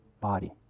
body